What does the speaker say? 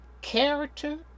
character